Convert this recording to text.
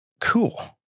Cool